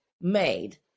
made